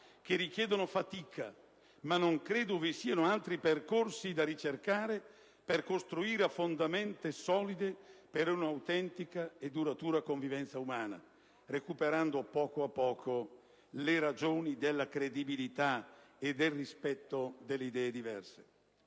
che richiedono fatica, ma non credo vi siano altri percorsi da ricercare per costruire fondamenta solide per una autentica e duratura convivenza umana, recuperando poco a poco le ragioni della credibilità e del rispetto delle idee diverse.